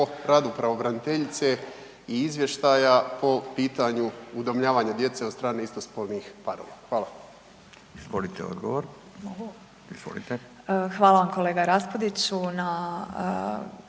radu pravobraniteljice i izvještaja po pitanju udomljavanja djece od strane istospolnih parova? Hvala. **Radin, Furio (Nezavisni)** Izvolite,